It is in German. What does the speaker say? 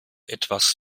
etwas